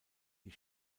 die